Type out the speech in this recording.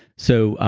so,